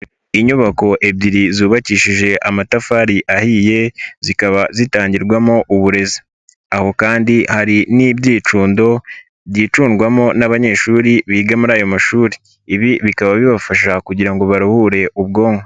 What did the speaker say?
Inyubako ebyiri zubakishije amatafari ahiye zikaba zitangirwamo uburezi, aho kandi hari n'ibyicundo byicundwamo n'abanyeshuri biga muri ayo mashuri, ibi bikaba bibafasha kugira ngo baruhure ubwonko.